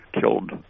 killed